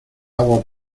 agua